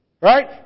Right